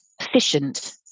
efficient